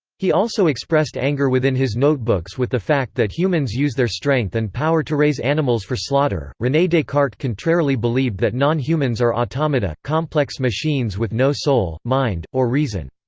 he also expressed anger within his notebooks with the fact that humans use their strength and power to raise animals for slaughter rene descartes contrarily believed that non-humans are automata, complex machines with no soul, mind, or reason.